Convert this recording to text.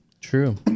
True